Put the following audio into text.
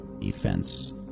Defense